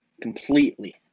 completely